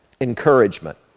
encouragement